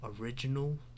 original